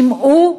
שמעו,